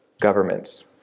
governments